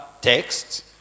texts